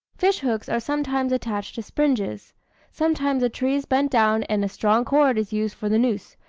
fish-hooks are sometimes attached to springes sometimes a tree is bent down and a strong cord is used for the noose,